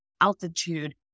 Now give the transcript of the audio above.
altitude